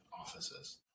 offices